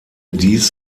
dies